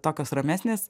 tokios ramesnės